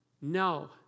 No